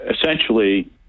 essentially